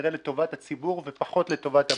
כנראה לטובת הציבור ופחות לטובת הבנקים.